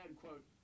quote